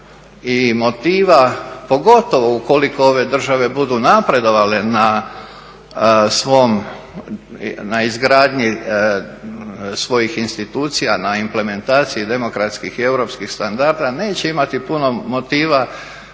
i motiva pogotovo ukoliko ove države budu napredovale na svom, na izgradnji svojih institucija, na implementaciji demokratskih i europskih standarda, neće imati puno motiva